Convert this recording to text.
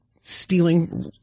stealing